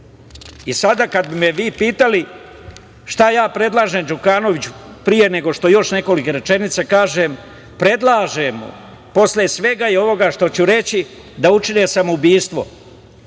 i sada kada bi me vi pitali šta ja predlažem Đukanoviću, pre nego što još nekoliko rečenica kaže, predlažem posle svega ovoga što ću reći, da učine samoubistvo